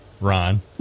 ron